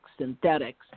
synthetics